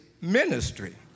ministry